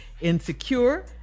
insecure